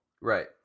Right